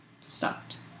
sucked